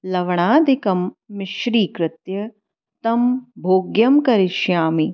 लवणादिकं मिश्रीकृत्य तं भोग्यं करिष्यामि